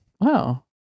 Wow